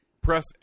Press